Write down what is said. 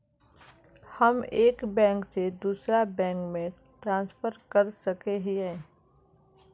हम एक बैंक से दूसरा बैंक में ट्रांसफर कर सके हिये?